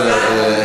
בסדר.